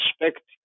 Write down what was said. respect